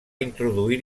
introduir